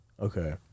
Okay